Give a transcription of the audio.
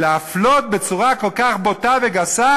אפשר להפלות בצורה כל כך בוטה וגסה?